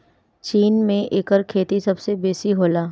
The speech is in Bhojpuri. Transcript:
चीन में एकर खेती सबसे बेसी होला